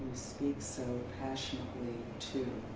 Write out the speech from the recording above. speak so passionately to.